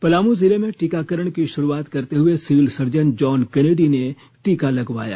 पलामू जिले में टीकाकरण की शुरुआत करते हुए सिविल सर्जन जॉन केनेडी ने टीका लगवाया